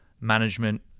management